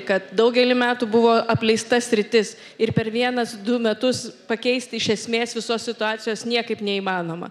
kad daugelį metų buvo apleista sritis ir per vienas du metus pakeisti iš esmės visos situacijos niekaip neįmanoma